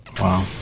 Wow